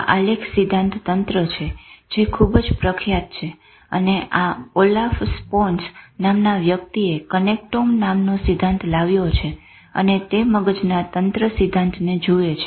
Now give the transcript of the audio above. આ આલેખ સિદ્ધાંત તંત્ર છે જે ખુબ જ પ્રખ્યાત છે અને આ ઓલાફ સ્પોનર્સ નામના વ્યક્તિએ "કનેક્ટોમ" નામનો સિદ્ધાંત લાવ્યો છે અને તે મગજના તંત્ર સિદ્ધાંતને જુએ છે